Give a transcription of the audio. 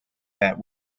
that